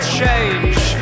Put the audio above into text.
change